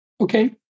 okay